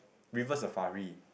River Safari